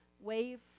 wave